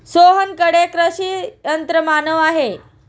सोहनकडे कृषी यंत्रमानव आहे